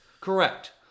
Correct